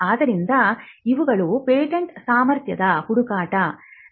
ಆದ್ದರಿಂದ ಇವುಗಳು ಪೇಟೆಂಟ್ ಸಾಮರ್ಥ್ಯದ ಹುಡುಕಾಟದ ಮಿತಿಗಳಾಗಿವೆ